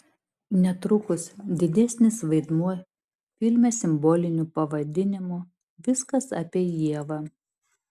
netrukus didesnis vaidmuo filme simboliniu pavadinimu viskas apie ievą